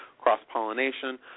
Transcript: cross-pollination